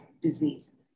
disease